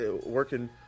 working